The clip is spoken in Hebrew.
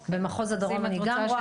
במחוז הדרום אני גם רואה.